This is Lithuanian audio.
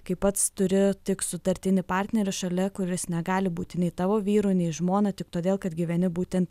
kai pats turi tik sutartinį partnerį šalia kuris negali būti nei tavo vyru nei žmona tik todėl kad gyveni būten